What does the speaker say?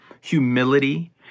humility